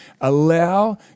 allow